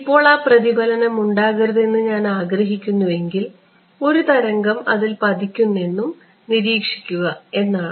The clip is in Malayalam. ഇപ്പോൾ ആ പ്രതിഫലനം ഉണ്ടാകരുതെന്ന് ഞാൻ ആഗ്രഹിക്കുന്നുവെങ്കിൽ ഒരു തരംഗം അതിൽ പതിക്കുന്നതെന്തും നിരീക്ഷിക്കുക എന്നതാണ്